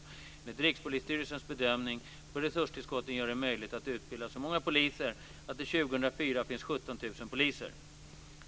Enligt Rikspolisstyrelsens bedömning bör resurstillskotten göra det möjligt att utbilda så många poliser att det 2004 finns 17 000 poliser.